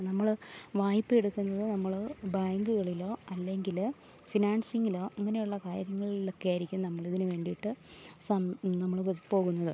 നമ്മൾ വായ്പ എടുക്കുന്നത് നമ്മൾ ബാങ്കുകളിലോ അല്ലെങ്കിൽ ഫിനാൻസിങ്ങിലോ അങ്ങനെയുള്ള കാര്യങ്ങളിലൊക്കെയായിരിക്കും നമ്മളിതിനു വേണ്ടിയിട്ട് നമ്മളീ പോകുന്നത്